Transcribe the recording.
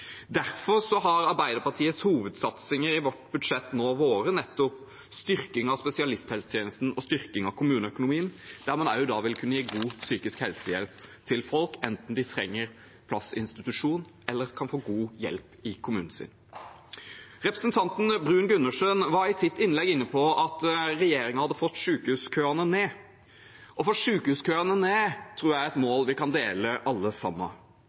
Derfor har Arbeiderpartiets hovedsatsinger i budsjettet nå vært nettopp styrking av spesialisthelsetjenesten og styrking av kommuneøkonomien, der man også vil kunne gi god psykisk helsehjelp til folk, enten de trenger plass i institusjon eller kan få god hjelp i kommunen sin. Representanten Bruun-Gundersen var i sitt innlegg inne på at regjeringen hadde fått sykehuskøene ned. Å få sykehuskøene ned tror jeg er et mål vi kan dele alle sammen.